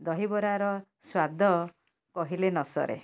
ଦହିବରାର ସ୍ୱାଦ କହିଲେ ନ ସରେ